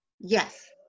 Yes